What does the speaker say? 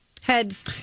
Heads